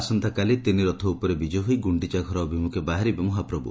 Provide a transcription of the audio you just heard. ଆସନ୍ତାକାଲି ତିନି ରଥ ଉପରେ ବିଜେ ହୋଇ ଗୁଣ୍ଡିଚା ଘର ଅଭିମୁଖେ ବାହାରିବେ ମହାପ୍ରଭୁ